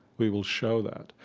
we will show that.